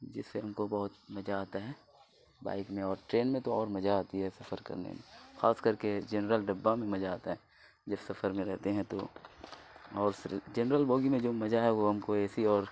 جس سے ہم کو بہت مزہ آتا ہے بائک میں اور ٹرین میں تو اور مزہ آتی ہے سفر کرنے میں خاص کر کے جنرل ڈبہ میں مزہ آتا ہے جس سفر میں رہتے ہیں تو اور جنرل بوگی میں جو مزہ ہے وہ ہم کو اے سی اور